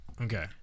okay